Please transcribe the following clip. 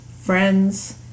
friends